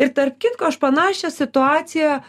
ir tarp kitko aš panašią situaciją